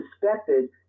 suspected